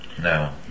No